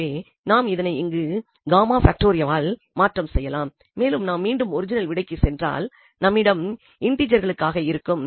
எனவே நாம் இதனை இங்கு ஆல் மாசாப்ஸ்டிட்யூட் செய்யலாம் மேலும் நாம் மீண்டும் ஒரிஜினல் விடைக்கு சென்றால் நம்மிடம் இன்டிஜெர்களுக்காக இருக்கும்